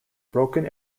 broken